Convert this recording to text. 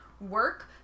work